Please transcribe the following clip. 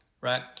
right